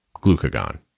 glucagon